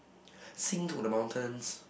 sing to the mountains